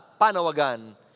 Panawagan